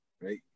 right